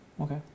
okay